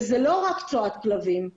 וזה לא רק צואת כלבים,